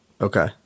Okay